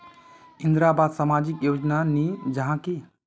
इंदरावास सामाजिक योजना नी जाहा की?